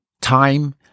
Time